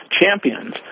champions